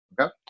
Okay